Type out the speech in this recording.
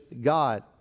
God